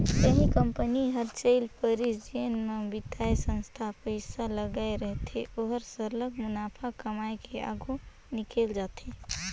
कहीं कंपनी हर चइल परिस जेन म बित्तीय संस्था पइसा लगाए रहथे ओहर सरलग मुनाफा कमाए के आघु निकेल जाथे